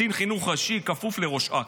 קצין חינוך ראשי כפוף לראש אכ"א,